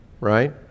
right